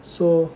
so